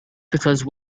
because